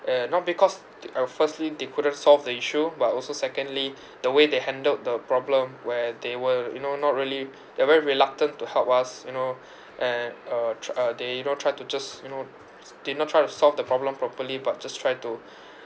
uh not because uh firstly they could have solved the issue but also secondly the way they handled the problem where they were you know not really they're very reluctant to help us you know and uh tr~ uh they don't try to just you know did not try to solve the problem properly but just try to